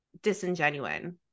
disingenuine